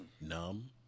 numb